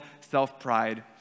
self-pride